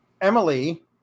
Emily